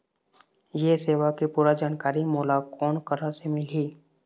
ये सेवा के पूरा जानकारी मोला कोन करा से मिलही?